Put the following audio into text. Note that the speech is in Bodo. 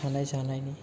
थानाय जानायनि